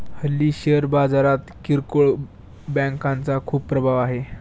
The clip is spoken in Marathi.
हल्ली शेअर बाजारात किरकोळ बँकांचा खूप प्रभाव आहे